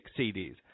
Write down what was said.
CDs